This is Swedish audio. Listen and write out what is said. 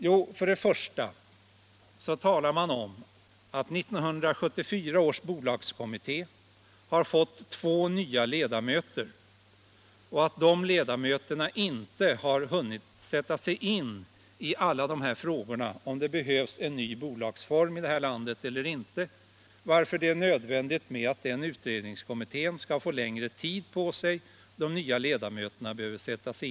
Jo, för det första talar man om att 1974 års bolagskommitté har fått två nya ledamöter och att de ledamöterna inte har hunnit sätta sig in i alla de här frågorna om det behövs en ry bolagsform i landet eller inte, varför det är nödvändigt att utredningskommittén får längre tid på sig.